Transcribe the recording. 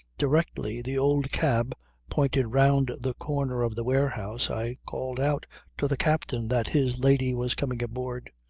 directly the old cab pointed round the corner of the warehouse i called out to the captain that his lady was coming aboard.